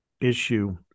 issue